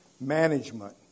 management